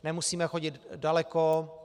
Nemusíme chodit daleko.